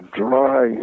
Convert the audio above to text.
dry